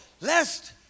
lest